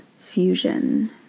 Fusion